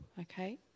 Okay